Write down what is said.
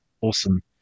awesome